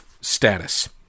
status